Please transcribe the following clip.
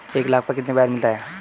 एक लाख पर कितना ब्याज मिलता है?